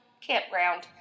Campground